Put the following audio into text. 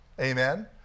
Amen